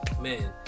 Man